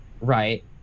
right